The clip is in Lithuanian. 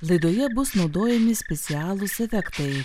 laidoje bus naudojami specialūs efektai